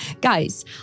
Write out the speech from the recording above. Guys